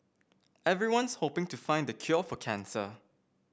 everyone's hoping to find the cure for cancer